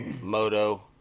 moto